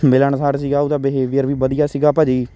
ਮਿਲਣਸਾਰ ਸੀਗਾ ਉਹਦਾ ਬਿਹੇਵੀਅਰ ਵੀ ਵਧੀਆ ਸੀਗਾ ਭਾਅ ਜੀ